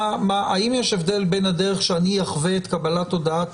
האם יש הבדל בין הדרך שאני אחווה את קבלת הודעת